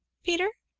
peter.